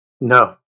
No